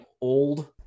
old